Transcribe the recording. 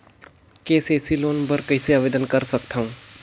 KCC loan बर कइसे आवेदन कर सकथव?